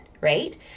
right